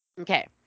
Okay